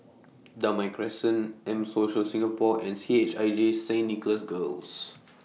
Damai Crescent M Social Singapore and C H I J Saint Nicholas Girls